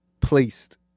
placed